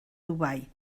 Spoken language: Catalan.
dubai